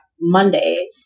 Monday